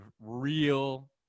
real